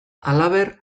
halaber